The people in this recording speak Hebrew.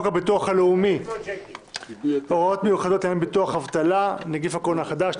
הביטוח הלאומי (הוראות מיוחדות לעניין ביטוח אבטלה נגיף הקורונה החדש).